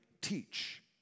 teach